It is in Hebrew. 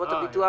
חברות הביטוח